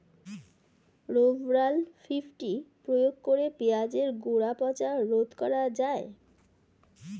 Rovral fifty প্রয়োগ করে পেঁয়াজের গোড়া পচা রোগ রোধ করা যায়?